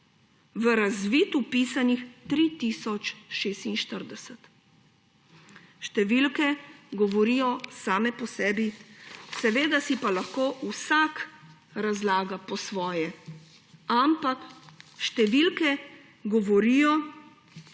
v razvid vpisani 3 tisoč 46. Številke govorijo same po sebi, seveda si pa lahko vsak razlaga po svoje, ampak številke govorijo,